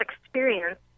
experience